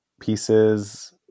pieces